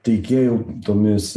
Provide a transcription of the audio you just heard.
teikėjų tomis